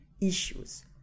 issues